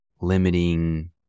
limiting